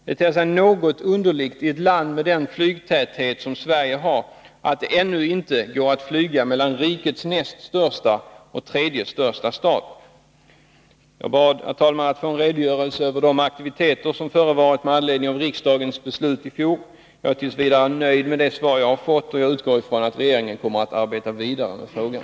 Det ter sig något underligt, i ett land med den flygtäthet som Sverige har, att det ännu inte går att flyga mellan Sveriges andra och tredje största stad. Jag bad att få en redogörelse över de aktiviteter som förevarit med anledning av riksdagens beslut i fjol. Jag är tills vidare nöjd med svaret och hoppas att regeringen arbetar vidare med frågan.